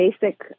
basic